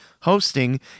hosting